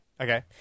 okay